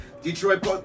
Detroit